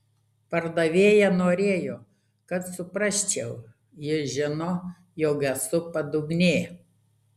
pardavėja norėjo kad suprasčiau ji žino jog esu padugnė